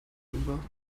über